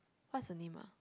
what's the name ah